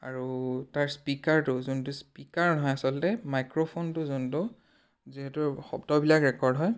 আৰু তাৰ স্পিকাৰটো যোনটো স্পিকাৰ নহয় আচলতে মাইক্ৰফোনটো যোনটো যিহেতু শব্দবিলাক ৰেকৰ্ড হয়